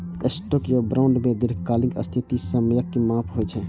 stock या bond मे दीर्घकालिक स्थिति समयक माप होइ छै